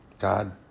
God